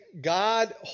God